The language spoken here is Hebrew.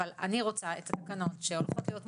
אבל אני רוצה את התקנות שהולכות להיות מאושרות,